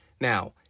Now